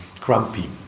grumpy